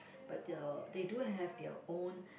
but the they do have their own